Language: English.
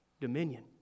dominion